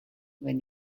when